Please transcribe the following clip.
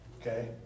Okay